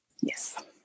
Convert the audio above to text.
yes